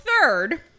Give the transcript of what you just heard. third